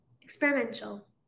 experimental